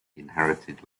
inherited